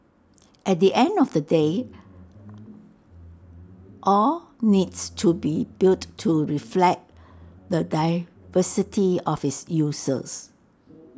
at the end of the day all needs to be built to reflect the diversity of its users